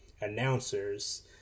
announcers